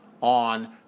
on